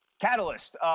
Catalyst